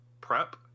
prep